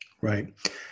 right